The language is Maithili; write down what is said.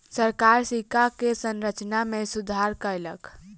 सरकार सिक्का के संरचना में सुधार कयलक